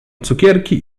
cukierki